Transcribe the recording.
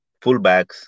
fullbacks